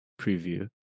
preview